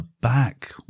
back